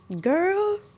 girl